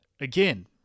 again